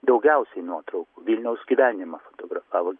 daugiausiai nuotraukų vilniaus gyvenimą fotografavo